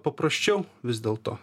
paprasčiau vis dėl to